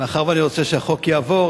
אבל מאחר שאני רוצה שהחוק יעבור,